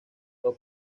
los